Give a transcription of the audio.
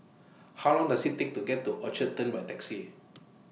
How Long Does IT Take to get to Orchard Turn By Taxi